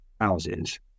houses